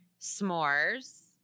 s'mores